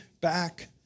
back